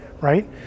right